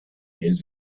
his